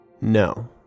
No